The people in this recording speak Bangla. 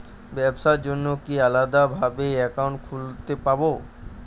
ব্যাবসার জন্য কি আলাদা ভাবে অ্যাকাউন্ট খুলতে হবে?